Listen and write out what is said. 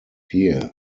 here